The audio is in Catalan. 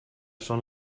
són